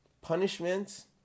Punishments